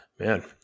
Man